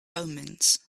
omens